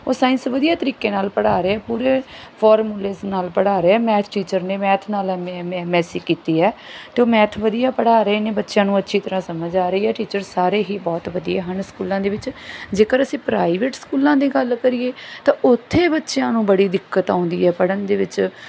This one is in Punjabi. ਉਹ ਸਾਇੰਸ ਵਧੀਆ ਤਰੀਕੇ ਨਾਲ ਪੜ੍ਹਾ ਰਹੇ ਹੈ ਪੂਰੇ ਫੋਰਮੁਲੇਸ ਨਾਲ ਪੜ੍ਹਾ ਰਹੇ ਹੈ ਮੈਥ ਟੀਚਰ ਨੇ ਮੈਥ ਨਾਲ M A M S E ਕੀਤੀ ਹੈ ਅਤੇ ਉਹ ਮੈਥ ਵਧੀਆ ਪੜ੍ਹਾ ਰਹੇ ਨੇ ਬੱਚਿਆਂ ਨੂੰ ਅੱਛੀ ਤਰ੍ਹਾਂ ਸਮਝ ਆ ਰਹੀ ਹੈ ਟੀਚਰ ਸਾਰੇ ਹੀ ਬਹੁਤ ਵਧੀਆ ਹਨ ਸਕੂਲਾਂ ਦੇ ਵਿੱਚ ਜੇਕਰ ਅਸੀਂ ਪ੍ਰਾਈਵੇਟ ਸਕੂਲਾਂ ਦੀ ਗੱਲ ਕਰੀਏ ਤਾਂ ਓਥੇ ਬੱਚਿਆਂ ਨੂੰ ਬੜੀ ਦਿੱਕਤ ਆਉਂਦੀ ਹੈ ਪੜ੍ਹਨ ਦੇ ਵਿੱਚ